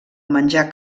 menjar